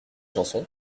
chanson